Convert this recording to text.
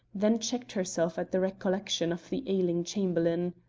then checked herself at the recollection of the ailing chamberlain.